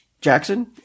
Jackson